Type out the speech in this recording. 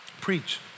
Preach